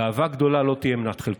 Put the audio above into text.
גאווה גדולה לא תהיה מנת חלקכם.